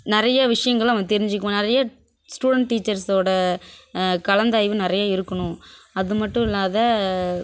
நிறைய விஷயங்கள் அவன் தெரிஞ்சிக்குவான் நிறைய ஸ்டூடெண்ட் டீச்சர்ஸ்ஸோட கலந்தாய்வு நிறைய இருக்கணும் அது மட்டும் இல்லாத